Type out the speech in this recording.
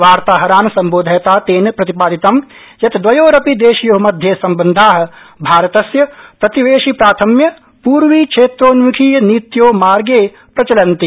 वार्ताहरान् सम्बोधयता तेन प्रतिपादितं यत् द्वयोरपि देशयो मध्ये सम्बन्धा भारतस्य प्रतिवेशि प्राथम्य पूर्वीक्षेत्रोन्मुखीय नीत्योः मार्गे प्रचलन्ति